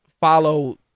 follow